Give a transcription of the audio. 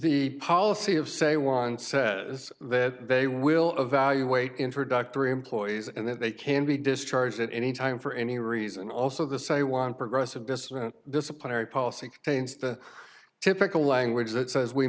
the policy of say one says that they will evaluate introductory employees and that they can be discharged at any time for any reason also the say one progressive this is an disciplinary policy against the typical language that says we